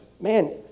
Man